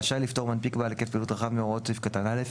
רשאי לפטור מנפיק בעל היקף פעילות רחב מהוראות סעיף קטן (א),